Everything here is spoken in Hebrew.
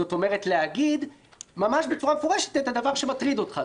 זאת אומרת להגיד ממש בצורה מפורשת את הדבר שמטריד אותך,